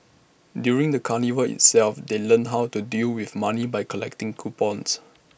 during the carnival itself they learnt how to deal with money by collecting coupons